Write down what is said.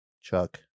Chuck